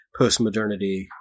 postmodernity